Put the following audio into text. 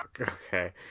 Okay